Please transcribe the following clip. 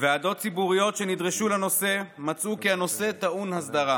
ועדות ציבוריות שנדרשו לנושא מצאו כי הנושא טעון הסדרה.